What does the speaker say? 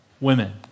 women